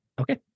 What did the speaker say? Okay